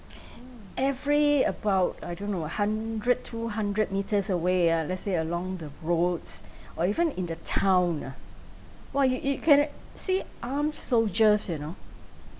every about I don't know a hundred two hundred metres away ah let's say along the roads or even in the town ah !wah! you you can see armed soldiers you know